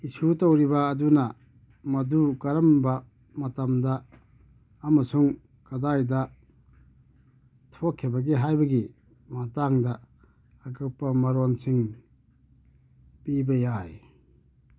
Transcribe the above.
ꯏꯁꯨ ꯇꯧꯔꯤꯕ ꯑꯗꯨꯅ ꯃꯗꯨ ꯀꯔꯝꯕ ꯃꯇꯝꯗ ꯑꯃꯁꯨꯡ ꯀꯗꯥꯏꯗ ꯊꯣꯛꯈꯤꯕꯒꯦ ꯍꯥꯏꯕꯒꯤ ꯃꯇꯥꯡꯗ ꯑꯀꯨꯞꯄ ꯃꯔꯣꯜꯁꯤꯡ ꯄꯤꯕ ꯌꯥꯏ